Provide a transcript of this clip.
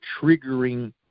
triggering